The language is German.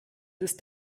ist